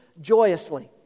joyously